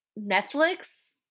Netflix